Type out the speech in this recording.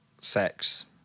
sex